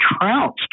trounced